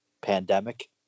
pandemic